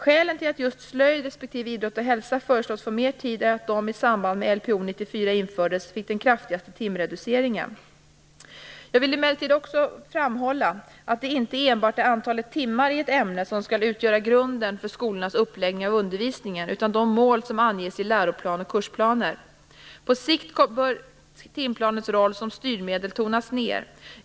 Skälen till att just slöjd respektive idrott och hälsa föreslås få mer tid, är att de i samband med att Lpo 94 Jag vill emellertid också framhålla att det inte enbart är antalet timmar i ett ämne som skall utgöra grunden för skolornas uppläggning av undervisningen, utan också de mål som anges i läroplan och kursplaner. På sikt bör timplanens roll som styrmedel tonas ned.